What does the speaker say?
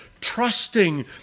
trusting